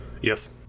Yes